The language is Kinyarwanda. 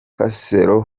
nakasero